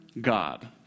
God